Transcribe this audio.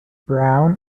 brown